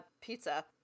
pizza